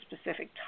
specific